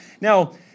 Now